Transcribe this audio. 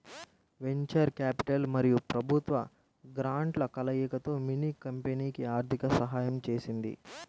venture capital మరియు ప్రభుత్వ గ్రాంట్ల కలయికతో మిన్నీ కంపెనీకి ఆర్థిక సహాయం చేసింది